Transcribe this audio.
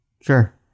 Sure